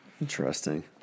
Interesting